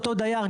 אותו דייר,